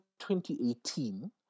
2018